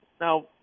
Now